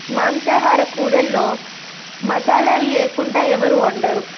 మాంసాహార కూరల్లో మసాలాలు లేకుండా ఎవరూ వండరు